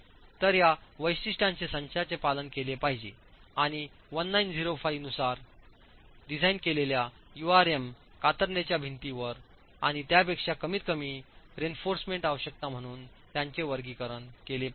तर या वैशिष्ट्यांचे संचाचे पालन केले पाहिजे आणि 1905 नुसार डिझाइन केलेल्या यूआरएम कातरणेच्या भिंतीवर आणि त्यापेक्षा कमीतकमी रीइन्फोर्समेंट आवश्यकता म्हणून त्याचे वर्गीकरण केले पाहिजे